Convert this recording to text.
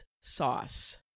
sauce